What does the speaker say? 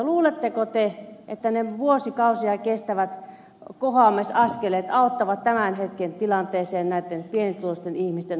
luuletteko te että ne vuosikausia kestävät kohoamisaskeleet auttavat tämän hetken tilanteeseen näitten pienituloisten ihmisten osalta